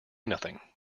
nothing